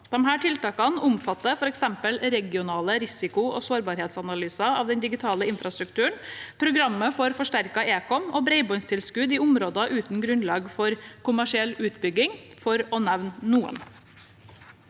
Disse tiltakene omfatter f.eks. regionale risiko- og sårbarhetsanalyser av den digitale infrastrukturen, programmet for forsterket ekom og bredbåndstilskudd i områder uten grunnlag for kommersiell utbygging, for å nevne noen.